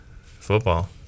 football